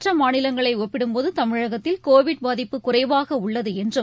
மற்ற மாநிலங்களை ஒப்பிடும் போது தமிழகத்தில் கோவிட் பாதிப்பு குறைவாக உள்ளது என்றும்